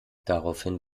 daraufhin